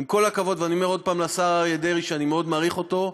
עם כל הכבוד לשר אריה דרעי, שאני מאוד מעריך אותו,